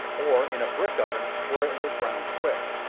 or in a brick oven where it will brown quick.